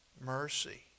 mercy